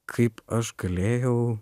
kaip aš galėjau